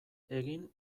egin